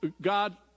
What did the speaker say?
God